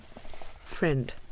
Friend